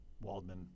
Waldman